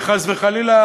חס וחלילה,